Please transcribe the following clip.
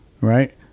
right